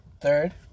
Third